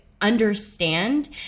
understand